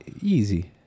easy